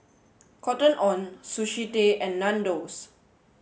Cotton on Sushi Tei and Nandos